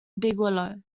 bigelow